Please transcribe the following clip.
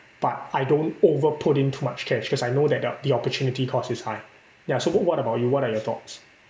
but I don't over put in too much cash cause I know that the the opportunity cost is high ya so what about you what are your thoughts